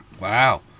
Wow